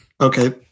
Okay